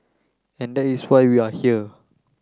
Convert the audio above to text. and that is why we are here